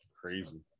crazy